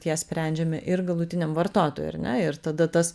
ją sprendžiame ir galutiniam vartotojui ar ne ir tada tas